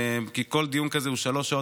כי כל דיון כזה הוא שלוש שעות,